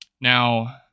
Now